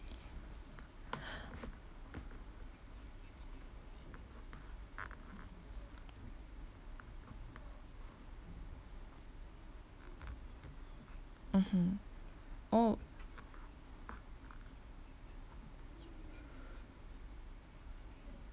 mmhmm oh